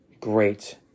great